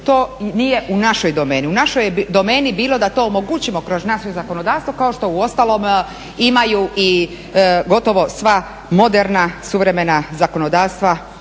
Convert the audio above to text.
i nije u našoj domeni. U našoj je domeni bilo da to omogućimo kroz naše zakonodavstvo kao što uostalom imaju i gotovo sva moderna, suvremena zakonodavstva